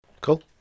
Cool